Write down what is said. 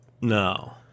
No